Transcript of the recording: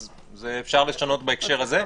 אז אפשר לשנות בהקשר הזה.